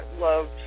loved